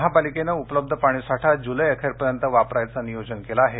महापालिकेने उपलब्ध पाणीसाठा जूलै अखेरपर्यंत वापरावयाचे नियोजन केले आहे